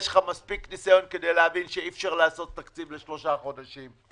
יש לך מספיק ניסיון כדי להבין שאי אפשר לעשות תקציב לשלושה חודשים.